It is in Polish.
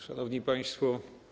Szanowni Państwo!